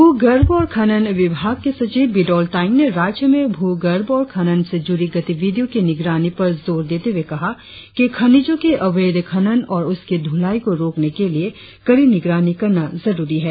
भूगर्भ और खनन विभाग के सचिव बिदोल तायेंग ने राज्य में भूगर्भ और खनन से जुड़ी गतिविधियों की निगरानी पर जोर देते हुए कहा कि खनीजों के अवैध खनन और उसकी दुलाई को रोकने के लिए कड़ी निगरानी करना जरुरी है